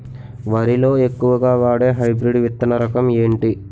వరి లో ఎక్కువుగా వాడే హైబ్రిడ్ విత్తన రకం ఏంటి?